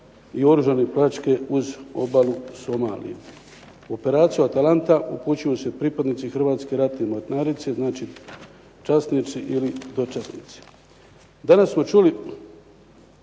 i oružane pljačke uz obalu Somaliju. U operaciju Atalanta upućuju se pripadnici hrvatske ratne mornarice, znači časnici ili dočasnici.